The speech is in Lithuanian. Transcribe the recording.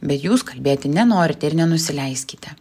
bet jūs kalbėti nenorite ir nenusileiskite